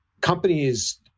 companies